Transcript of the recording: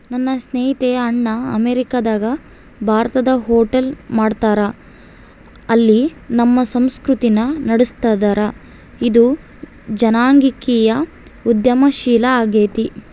ನನ್ನ ಸ್ನೇಹಿತೆಯ ಅಣ್ಣ ಅಮೇರಿಕಾದಗ ಭಾರತದ ಹೋಟೆಲ್ ಮಾಡ್ತದರ, ಅಲ್ಲಿ ನಮ್ಮ ಸಂಸ್ಕೃತಿನ ನಡುಸ್ತದರ, ಇದು ಜನಾಂಗೀಯ ಉದ್ಯಮಶೀಲ ಆಗೆತೆ